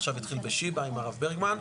עכשיו התחיל בשיבא עם הרב ברגמן.